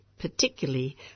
Particularly